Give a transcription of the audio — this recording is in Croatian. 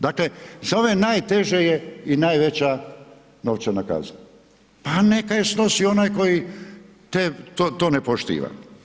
Dakle za ove najteže je i najveća novčana kazna, pa neka je snosi onaj koji to ne poštiva.